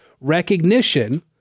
recognition